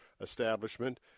establishment